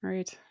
Right